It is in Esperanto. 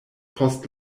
post